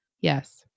Yes